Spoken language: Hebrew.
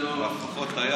הוא לפחות היה,